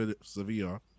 Sevilla